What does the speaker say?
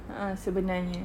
a'ah sebenarnya